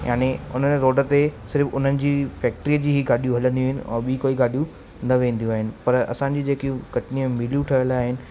यानी उन रोड ते सिर्फ़ु उन्हनि जी फैक्ट्री जी ई गाॾियूं हलंदियूं आहिनि और बि कोई गाॾियूं न वेंदियूं आहिनि पर असांजी जेकियूं कटनी में मिलियूं ठहियल आहिनि